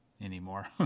anymore